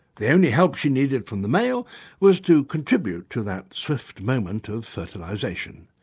the only help she needed from the male was to contribute to that swift moment of fertilisation.